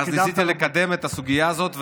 ואז ניסיתי לקדם את הסוגיה הזאת,